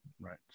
right